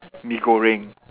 mee-goreng